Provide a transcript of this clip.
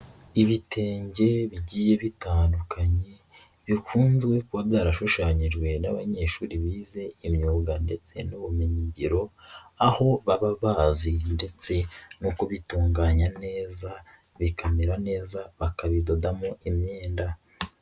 Ibitenge bigiye bitandukanye, bikunzwe kuba byarashushanyijwe n'abanyeshuri bize imyuga ndetse n'ubumenyingiro, aho baba bazi ndetse no kubitunganya neza, bikamera neza, bakabidodamo imyenda.